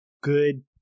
good